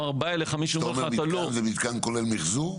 אתה אומר מתקן, זה מתקן כולל מחזור?